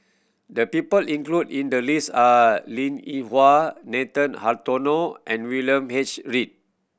the people included in the list are Linn In Hua Nathan Hartono and William H Read